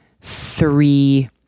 three